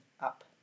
up